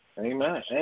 Amen